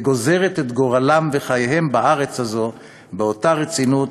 והיא גוזרת את גורלם וחייהם בארץ הזו באותה רצינות